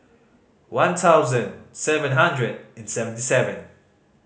one thousand seven hundred and seventy seven